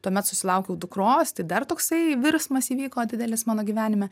tuomet susilaukiau dukros tai dar toksai virsmas įvyko didelis mano gyvenime